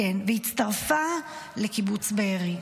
היא הצטרפה לקיבוץ בארי.